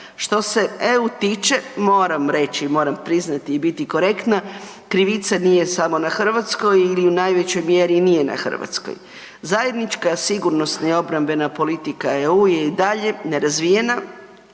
Što se EU tiče moram reći i moram priznati i biti korektna krivica nije samo na Hrvatskoj ili u najvećoj mjeri nije na Hrvatskoj. Zajednička sigurnosna obrambena politika EU je i dalje nerazvijena,